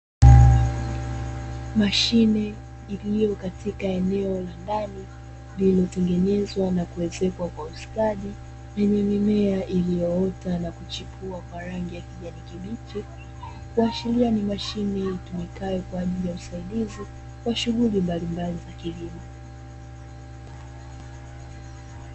Mashine iliyo katika eneo la ndani lililotengenezwa na kuezekwa kwa ustadi, lenye mimea iliyoota na kuchipua kwa rangi ya kijani kibichi. Kuashiria ni mashine itumikayo kwa ajili ya usaidizi wa shughuli mbalimbali za kilimo.